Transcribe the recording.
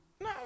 No